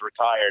retired